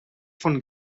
von